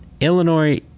illinois